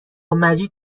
مجید